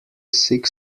six